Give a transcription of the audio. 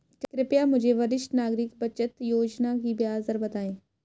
कृपया मुझे वरिष्ठ नागरिक बचत योजना की ब्याज दर बताएं